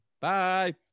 Bye